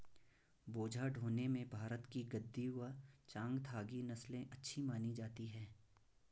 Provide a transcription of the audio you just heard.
बोझा ढोने में भारत की गद्दी व चांगथागी नस्ले अच्छी मानी जाती हैं